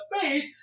faith